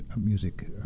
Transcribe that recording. Music